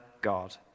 God